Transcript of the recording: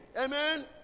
Amen